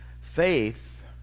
faith